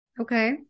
Okay